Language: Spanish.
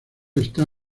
está